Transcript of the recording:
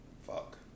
Fuck